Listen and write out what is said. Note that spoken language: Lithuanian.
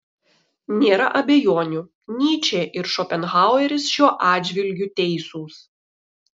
nėra abejonių nyčė ir šopenhaueris šiuo atžvilgiu teisūs